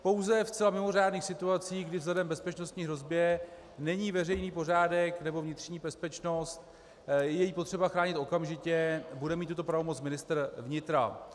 Pouze ve zcela mimořádných situacích, kdy vzhledem k bezpečnostní hrozbě není veřejný pořádek nebo vnitřní bezpečnost, je ji potřeba chránit okamžitě, bude mít tuto pravomoc ministr vnitra.